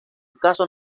caso